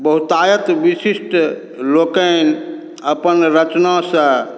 बहुतायत विशिष्ट लोकनि अपन रचनासँ